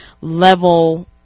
level